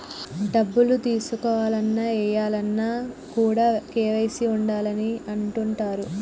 డబ్బులు తీసుకోవాలన్న, ఏయాలన్న కూడా కేవైసీ ఉండాలి అని అంటుంటరు